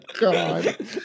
God